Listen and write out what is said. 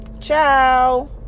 Ciao